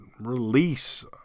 release